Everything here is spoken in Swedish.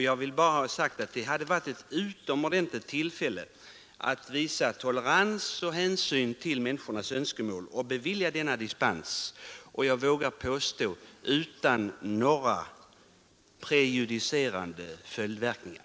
Jag vill bara säga att detta hade varit ett utomordentligt tillfälle att visa tolerans och hänsyn till människornas önskemål genom att bevilja dispens och — vågar jag påstå — utan några prejudicerande följdverkningar.